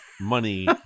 money